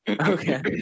okay